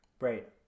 Right